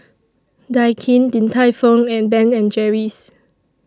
Daikin Din Tai Fung and Ben and Jerry's